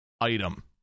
item